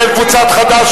של קבוצת חד"ש,